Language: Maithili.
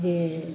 जे